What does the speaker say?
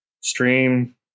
stream